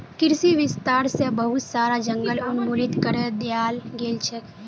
कृषि विस्तार स बहुत सारा जंगल उन्मूलित करे दयाल गेल छेक